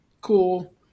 cool